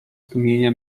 zdumienia